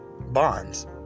Bonds